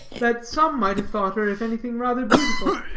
that some might have thought her, if anything, rather beautiful,